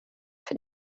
für